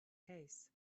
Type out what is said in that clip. case